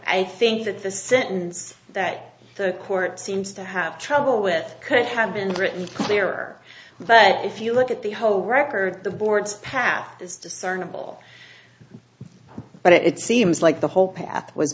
i think that the sentence that the court seems to have trouble with could have been written clearer but if you look at the whole record the board's path is discernible but it seems like the whole path was